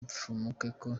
mfumukeko